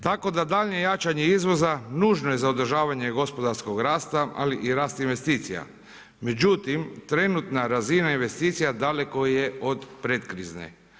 Tako da daljnje jačanje izvoza nužno je za održavanje gospodarskog rasta ali i rast investicija, međutim, trenutna razina investicija daleko je od predkrizne.